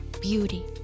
Beauty